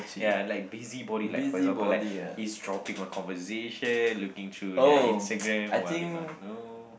ya like busybody like for example like eavesdropping on conversation looking through their Instagram while they not know